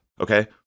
okay